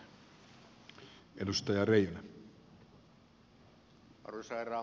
arvoisa herra puhemies